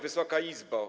Wysoka Izbo!